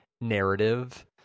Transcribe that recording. narrative